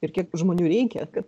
ir kiek žmonių reikia kad